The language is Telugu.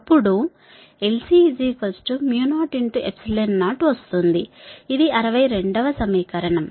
అప్పుడు LC 00 ఇది 62 వ సమీకరణం